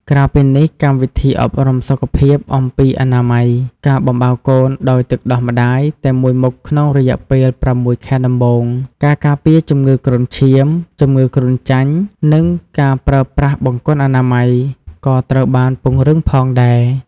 ក្រៅពីនេះ កម្មវិធីអប់រំសុខភាព អំពីអនាម័យ ការបំបៅកូនដោយទឹកដោះម្តាយតែមួយមុខក្នុងរយៈពេល ៦ ខែដំបូង ការការពារជំងឺគ្រុនឈាម ជំងឺគ្រុនចាញ់ និងការប្រើប្រាស់បង្គន់អនាម័យ ក៏ត្រូវបានពង្រឹងផងដែរ។